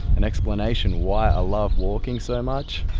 an explanation why i love walking so much